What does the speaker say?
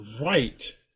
right